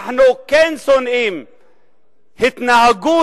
אנחנו כן שונאים התנהגות